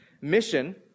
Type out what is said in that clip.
Mission